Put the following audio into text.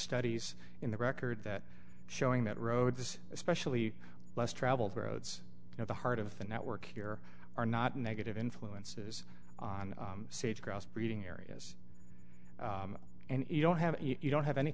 studies in the record that showing that road this especially less traveled roads you know the heart of the network here are not negative influences on sage grouse breeding areas and you don't have you don't have any